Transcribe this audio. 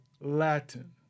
Latin